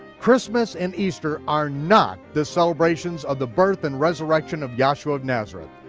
christmas and easter are not the celebrations of the birth and resurrection of yahshua of nazareth,